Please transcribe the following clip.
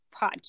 podcast